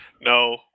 No